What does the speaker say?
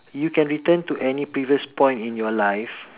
you can return to any previous point in your life